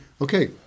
okay